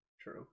True